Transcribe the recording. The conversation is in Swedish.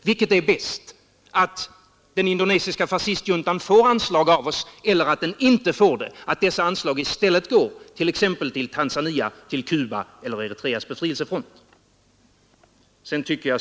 Vilket är bäst, att den indonesiska fascistjuntan får anslag av oss eller att den inte får det och att anslag i stället går exempelvis till Tanzania och Cuba eller till Eritreas befrielsefront?